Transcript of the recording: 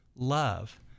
love